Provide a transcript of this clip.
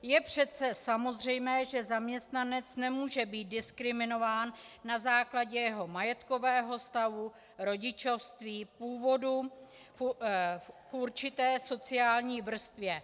Je přece samozřejmé, že zaměstnanec nemůže být diskriminován na základě jeho majetkového stavu, rodičovství, původu, určité sociální vrstvě.